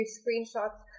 screenshots